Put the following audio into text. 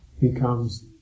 becomes